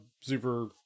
super